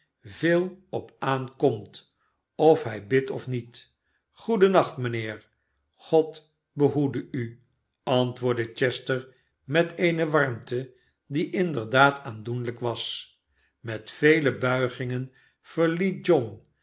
veel op aan komt of hij bidt of niet goeden nacht mijnheer god behoede u antwoordde chester met eene warmte die inderdaad aandoenlijk was met vele buigingen verliet john